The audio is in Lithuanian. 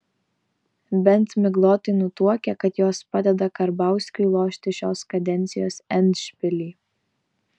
bent miglotai nutuokia kad jos padeda karbauskiui lošti šios kadencijos endšpilį